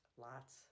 Lots